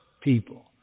people